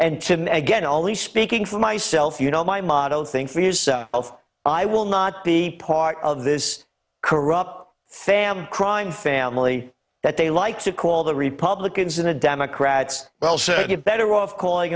to again only speaking for myself you know my motto thing for years so i will not be part of this corrupt family crime family that they like to call the republicans in the democrats but also get better off calling